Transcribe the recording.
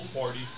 party